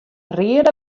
reade